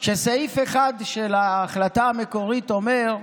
שסעיף אחד של ההחלטה המקורית אומר: